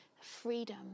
freedom